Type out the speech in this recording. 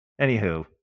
Anywho